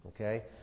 Okay